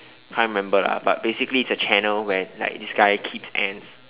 can't remember lah but basically it's a channel where like this guy keeps ants